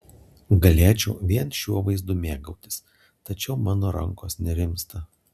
galėčiau vien šiuo vaizdu mėgautis tačiau mano rankos nerimsta